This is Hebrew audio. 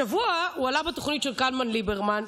השבוע הוא עלה בתוכנית של קלמן ליברמן,